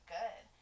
good